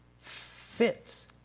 fits